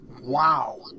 Wow